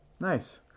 nice